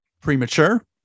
premature